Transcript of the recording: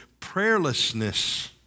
prayerlessness